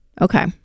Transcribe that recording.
Okay